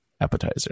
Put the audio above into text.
appetizer